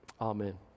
Amen